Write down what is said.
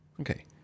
Okay